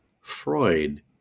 Freud